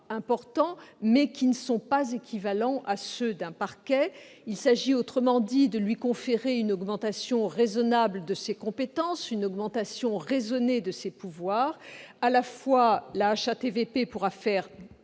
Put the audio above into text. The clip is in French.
importants, mais qui ne sont pas équivalents à ceux d'un parquet. Autrement dit, cet amendement tend à lui conférer une augmentation raisonnable de ses compétences et une augmentation raisonnée de ses pouvoirs. Elle pourra faire